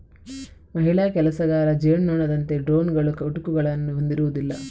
ಮಹಿಳಾ ಕೆಲಸಗಾರ ಜೇನುನೊಣದಂತೆ ಡ್ರೋನುಗಳು ಕುಟುಕುಗಳನ್ನು ಹೊಂದಿರುವುದಿಲ್ಲ